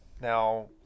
now